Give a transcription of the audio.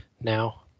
now